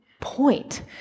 point